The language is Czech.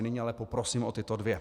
Nyní ale poprosím o tyto dvě.